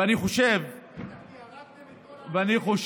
ואני חושב, כי הרגתם את כל, אני חושב